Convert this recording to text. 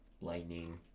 lightning